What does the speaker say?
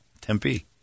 Tempe